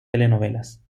telenovelas